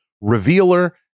revealer